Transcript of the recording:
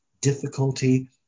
difficulty